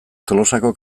tolosako